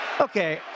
Okay